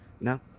no